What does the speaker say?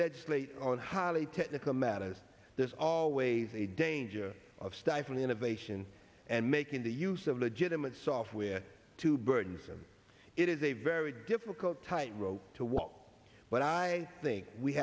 legislate on highly technical matters there's always a danger of stifling innovation and making the use of legitimate software too burdensome it is a very difficult tightrope to walk but i think we